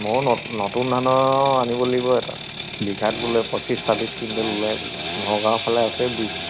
মই নত নতুন ধানৰ আনিব লাগিব এটা বিঘাত বোলে পঁচিছ চাব্বিছ কুইণ্টেল ওলাই বোলে নগাঁও ফালে আছে বিছ